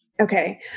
okay